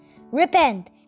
Repent